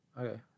Okay